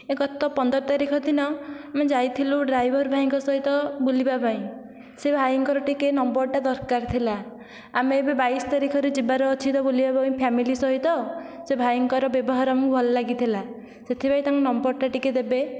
ଗତ ପନ୍ଦର ତାରିଖ ଦିନ ଆମେ ଯାଇଥିଲୁ ଡ୍ରାଇଭର ଭାଇଙ୍କ ସହିତ ବୁଲିବା ପାଇଁ ସେ ଭାଇଙ୍କର ଟିକେ ନମ୍ୱରଟା ଦରକାର ଥିଲା ଆମେ ଏବେ ବାଇଶ ତାରିଖରେ ଯିବାର ଅଛି ତ ବୁଲିବା ପାଇଁ ଫ୍ୟାମିଲି ସହିତ ସେ ଭାଇଙ୍କର ବ୍ୟବହାର ଆମକୁ ଭଲ ଲାଗିଥିଲା ସେଠି ପାଇଁ ତାଙ୍କ ନମ୍ୱରଟା ଟିକେ ଦେବେ